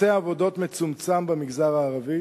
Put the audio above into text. היצע עבודות מצומצם במגזר הערבי